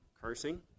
Cursing